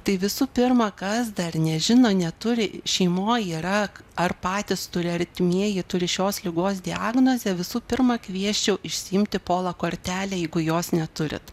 tai visų pirma kas dar nežino neturi šeimoj yra ar patys turi artimieji turi šios ligos diagnozę visų pirma kviesčiau išsiimti pola kortelę jeigu jos neturit